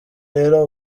rero